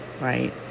right